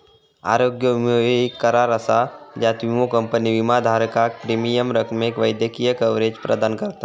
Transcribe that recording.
आरोग्य विमो ह्यो येक करार असा ज्यात विमो कंपनी विमाधारकाक प्रीमियम रकमेक वैद्यकीय कव्हरेज प्रदान करता